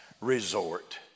resort